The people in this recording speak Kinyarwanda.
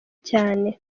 cyane